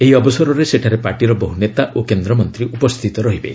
ଏହି ଅବସରରେ ସେଠାରେ ପାର୍ଟିର ବହ୍ର ନେତା ଓ କେନ୍ଦ୍ରମନ୍ତ୍ରୀ ଉପସ୍ଥିତ ରହିବେ